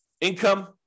Income